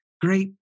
great